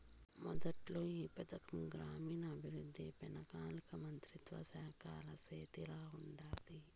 మొదట్ల ఈ పథకం గ్రామీణాభవృద్ధి, పెనాలికా మంత్రిత్వ శాఖల సేతిల ఉండాది